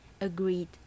agreed